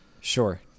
Sure